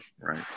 Right